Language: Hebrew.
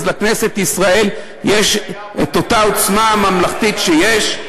אז לכנסת ישראל יש אותה עוצמה ממלכתית שיש,